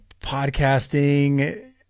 podcasting